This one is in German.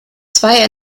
zwei